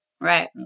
Right